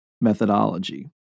methodology